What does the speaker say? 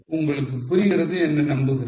உங்களுக்கு புரிகிறது என்று நம்புகிறேன்